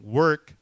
work